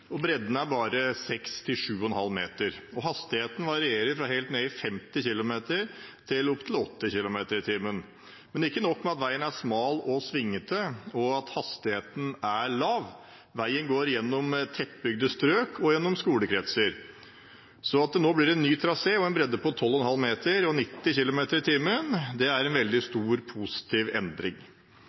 og bredden er bare 6–7,5 meter. Hastigheten varierer fra helt ned i 50 km/t til opp til 80 km/t. Men ikke nok med at veien er smal og svingete, og at hastigheten er lav, veien går gjennom tettbygde strøk og gjennom skolekretser. Så at det nå blir en ny trasé og en bredde på 12,5 meter og 90 km/t, er en veldig stor positiv endring.